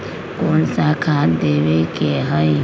कोन सा खाद देवे के हई?